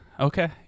Okay